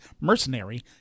mercenary